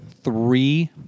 three